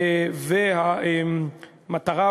והמטרה,